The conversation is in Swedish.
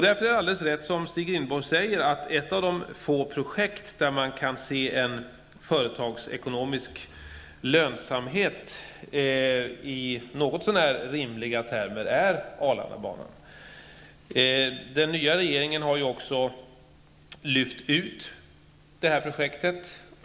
Därför är det som Stig Rindborg säger alldeles rätt. Ett av de få projekt där man kan se en någorlunda rimlig företagsekonomisk lönsamhet är just Arlandabanan. Den nya regeringen har också lyft ut detta projekt.